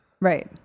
Right